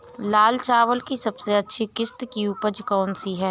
लाल चावल की सबसे अच्छी किश्त की उपज कौन सी है?